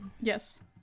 Yes